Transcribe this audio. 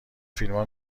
فیلما